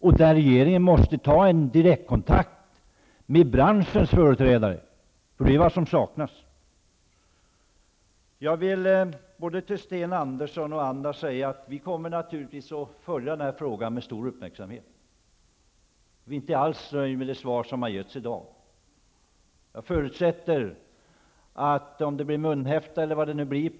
Där måste regeringen ta en direktkontakt med branschens företrädare. Det är det som saknas. Till Sten Andersson i Malmö och andra vill jag säga att vi naturligtvis kommer att följa den här frågan med stor uppmärksamhet. Vi är inte alls nöjda med det svar som har getts i dag. Om det nu skall munkavel e.d.